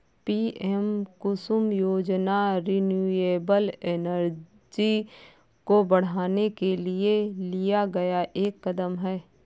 PM Kusum योजना renewable energy को बढ़ाने के लिए लिया गया एक कदम है